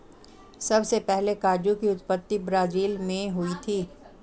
सबसे पहले काजू की उत्पत्ति ब्राज़ील मैं हुई थी